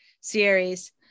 series